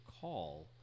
call